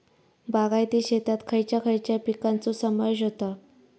बागायती शेतात खयच्या खयच्या पिकांचो समावेश होता?